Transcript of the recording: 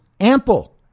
ample